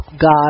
God